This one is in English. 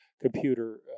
computer